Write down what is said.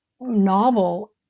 novel